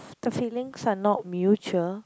the feelings are not mutual